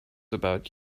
about